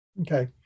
Okay